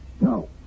No